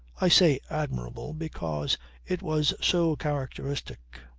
i say admirable because it was so characteristic.